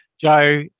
Joe